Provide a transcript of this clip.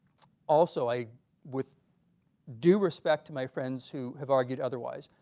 also, i with due respect to my friends who have argued otherwise,